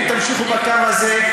אם תמשיכו בקו הזה,